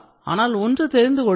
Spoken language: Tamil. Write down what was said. ஆனால் ஒன்று தெரிந்து கொள்ளுங்கள்